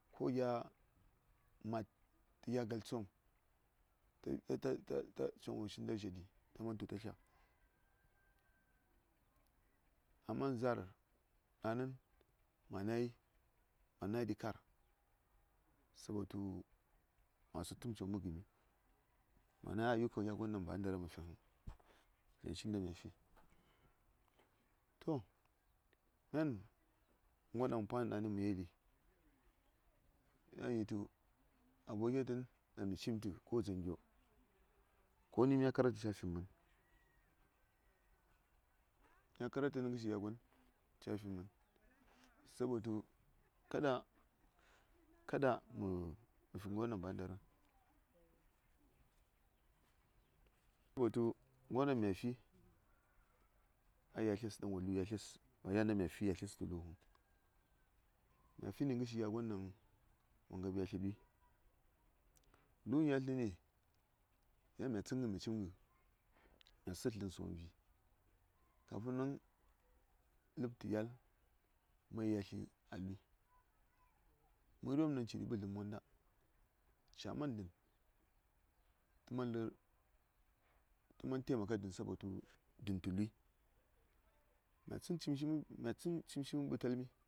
Ko gya mad, tɚ gya galtsɚ wom choŋ wo shin dar zhyeɠi ta man tu ta tlya. Amma Za’ar daŋnɚn ma nai, ma nai ɗi kar sabotu ma su tə choŋ mə gəmi ma na ayuka gya gon ɗaŋ ba a ndara mə fiŋ yaŋ shi ngən mya fi to myan ɗaŋ paŋ ɗaŋnən ɗaŋ mə yeli yan yi tu aboke tən ɗaŋ mi cim tə ko dzaŋ gyo ko ni mya kara tə cya fim mən mya kara tə nə ngə shi gya gon cya fim mən sabotu kaɗa kaɗa mə fi ngər won ɗaŋ ba a nɗaraŋ sabotu ngər ɗaŋ mya fi a yatles ɗaŋ wolu ya tles ba nə yan inta mya fi ya tles təlu vəuŋ mya fini ngə shi gya gon ɗaŋ wo ngab ya tle ndui nɗu ngən yatl nə ni yan mya tsən ngən mi cim ngə mya səd dləŋsə wom vi kafi nan ləb tə yal ma yel ya tli a lui məri wom daŋ ciɗi mbə dləm monda ca man dən tə man temaka ɗən sabotu ɗan tə lui mya tsən cim shi mə mɓitalmi